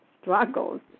struggles